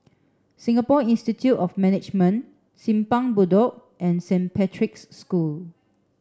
Singapore Institute of Management Simpang Bedok and Saint Patrick's School